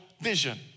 vision